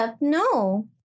no